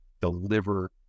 deliver